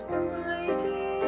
mighty